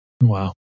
Wow